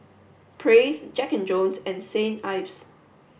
praise Jack and Jones and Saint Ives